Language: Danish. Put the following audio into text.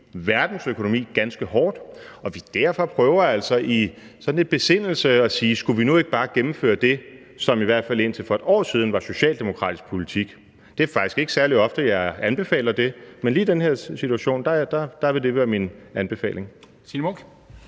verdens økonomi ganske hårdt. Og det er derfor, jeg altså prøver sådan i besindelse at sige: Skulle vi nu ikke bare gennemføre det, som i hvert fald indtil for 1 år siden var socialdemokratisk politik? Det er faktisk ikke særlig ofte, jeg anbefaler det, men lige i den her situation vil det være min anbefaling. Kl.